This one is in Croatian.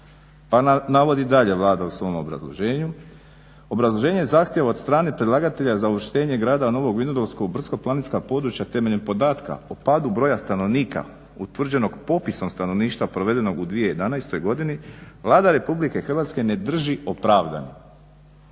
Pa navodi dalje Vlada u svom obrazloženju, obrazloženje zahtjeva od strane predlagatelja za uvrštenje Grada Novog vinodolskog u brdsko-planinska područja temeljem podatka o padu broja stanovnika utvrđenog popisom stanovništva provedenog u 2011. godini Vlada Republike Hrvatske ne drži opravdanim.